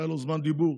שהיה לו זמן דיבור,